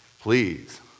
Please